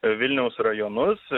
vilniaus rajonus